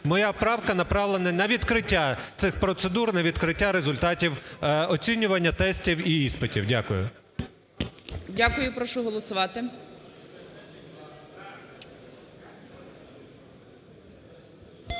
моя правка направлена на відкриття цих процедур, на відкриття результатів оцінювання, тестів і іспитів. Дякую. ГОЛОВУЮЧИЙ. Дякую. Прошу голосувати.